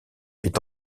est